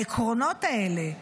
העקרונות האלה,